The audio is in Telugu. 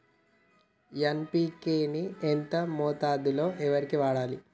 ఎన్.పి.కే ని ఎంత మోతాదులో వరికి వాడాలి?